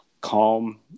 calm